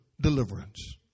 deliverance